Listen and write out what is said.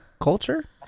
culture